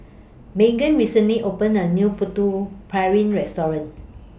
Meaghan recently opened A New Putu Piring Restaurant